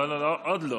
לא, לא, לא, עוד לא.